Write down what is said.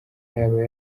yaba